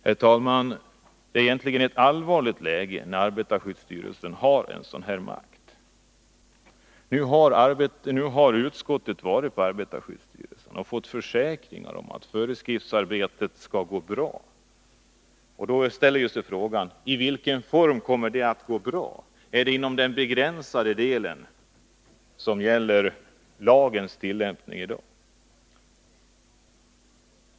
Herr talman! Det är allvarligt att arbetarskyddsstyrelsen har en sådan här makt. Nu har utskottet varit på arbetarskyddsstyrelsen och fått försäkringar om att föreskriftsarbetet skall gå bra. Då inställer sig frågan: I vilken form kommer det att gå bra? Är det inom den begränsade delen som gäller lagens tillämpning i dag?